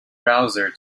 browser